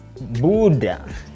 Buddha